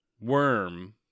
Worm